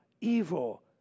evil